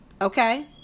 Okay